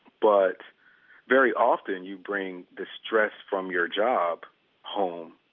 but very often you bring the stress from your job home,